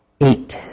Eight